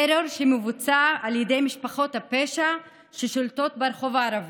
טרור שמבוצע על ידי משפחות הפשע ששולטות ברחוב הערבי.